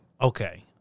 okay